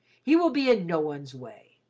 he will be in no one's way.